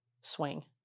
swing